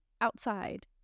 outside